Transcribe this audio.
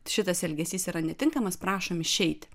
šitas elgesys yra netinkamas prašom išeiti